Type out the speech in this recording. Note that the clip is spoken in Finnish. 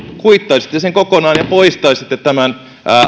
kuittaisitte kokonaan ja poistaisitte tämän